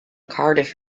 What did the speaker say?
cardiff